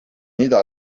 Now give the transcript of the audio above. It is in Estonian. ida